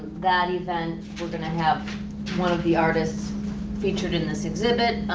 that event we're gonna have one of the artists featured in this exhibit.